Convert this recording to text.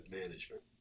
management